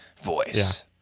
voice